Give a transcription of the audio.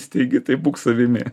steigi tai būk savimi